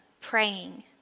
praying